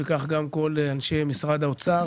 וכך גם כל אנשי משרד האוצר,